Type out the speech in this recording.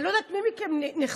אני לא יודעת מי מכם נחשף.